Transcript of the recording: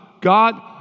God